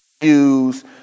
use